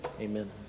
amen